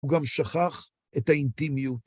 הוא גם שכח את האינטימיות.